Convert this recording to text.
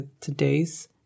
today's